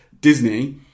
Disney